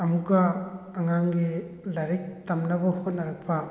ꯑꯃꯨꯛꯀ ꯑꯉꯥꯡꯒꯤ ꯂꯥꯏꯔꯤꯛ ꯇꯝꯅꯕ ꯍꯣꯠꯅꯔꯛꯄ